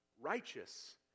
Righteous